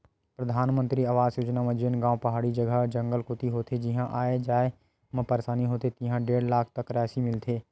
परधानमंतरी आवास योजना म जेन गाँव पहाड़ी जघा, जंगल कोती होथे जिहां आए जाए म परसानी होथे तिहां डेढ़ लाख तक रासि मिलथे